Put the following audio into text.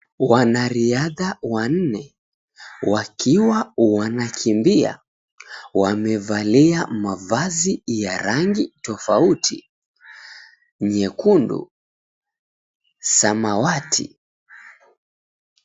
Wanariadha wanne wakiwa wanakimbia wamevalia mavazi ya rangi tofauti nyekundu na samawati.